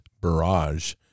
barrage